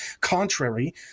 contrary